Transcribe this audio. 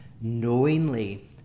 knowingly